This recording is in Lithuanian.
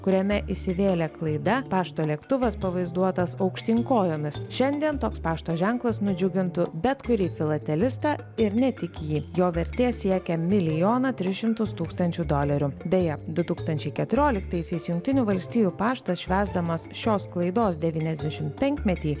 kuriame įsivėlė klaida pašto lėktuvas pavaizduotas aukštyn kojomis šiandien toks pašto ženklas nudžiugintų bet kurį filatelistą ir ne tik jį jo vertė siekia milijoną tris šimtus tūkstančių dolerių beje du tūkstančiai keturioliktaisiais jungtinių valstijų paštas švęsdamas šios klaidos devyniasdešimtpenkmetį